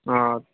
ہاں